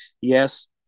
Yes